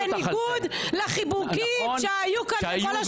-- בניגוד לחיבוקים שהיו כאן כל השנה האחרונה.